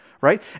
right